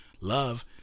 Love